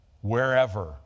wherever